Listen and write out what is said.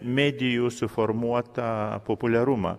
medijų suformuotą populiarumą